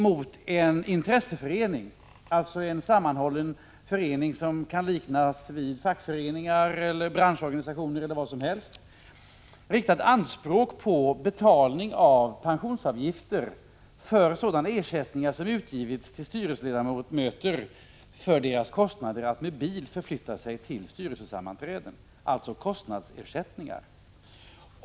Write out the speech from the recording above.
Mot en intresseförening — dvs. en sammanhållen förening som kan liknas vid fackföreningar, branschorganisationer eller andra — har riktats anspråk på betalning av pensionsavgifter för sådana ersättningar som utgivits till styrelseledamöter för deras kostnader för att med bil förflytta sig till styrelsesammanträden, dvs. kostnadsersättningar.